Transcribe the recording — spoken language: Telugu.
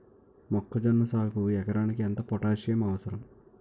మొక్కజొన్న సాగుకు ఎకరానికి ఎంత పోటాస్సియం అవసరం?